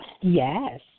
Yes